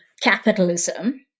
capitalism